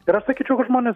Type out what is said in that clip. ir aš sakyčiau kad žmonės